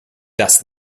das